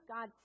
God